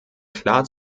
klar